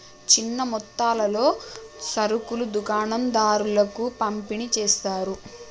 చిన్న మొత్తాలలో సరుకులు దుకాణం దారులకు పంపిణి చేస్తారు